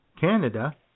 Canada